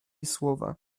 słowa